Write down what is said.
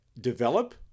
develop